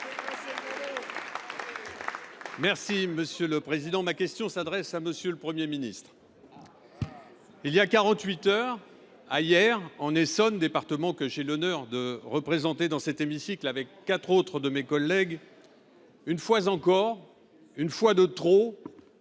Les Républicains. Ma question s’adresse à Monsieur le Premier ministre. Voilà quarante huit heures, à Yerres, en Essonne, département que j’ai l’honneur de représenter dans cet hémicycle avec quatre autres de mes collègues, une fois encore, une fois de trop,